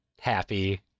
happy